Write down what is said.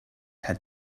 had